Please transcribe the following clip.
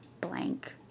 blank